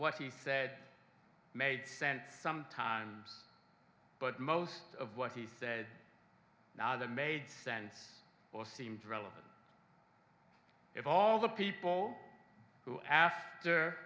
what he said made sense sometimes but most of what he said now that made sense or seemed relevant at all the people who after